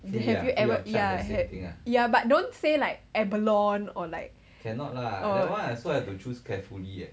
then have you ever yeah yeah yeah but don't say like abalone or like or